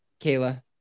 Kayla